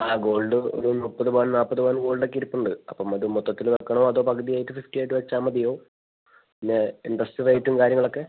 ആ ഗോൾഡും ഇതും മുപ്പത് പവൻ നാൽപത് പവൻ ഗോൾഡ് ഒക്കെ ഇരിപ്പുണ്ട് അപ്പം അത് മൊത്തത്തിൽ വയ്ക്കണോ അതോ പകുതിയായിട്ട് ഫിഫ്റ്റി ആയിട്ട് വെച്ചാൽ മതിയോ പിന്നെ ഇൻ്ററെസ്റ് റേറ്റും കാര്യങ്ങളൊക്കെ